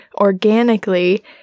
organically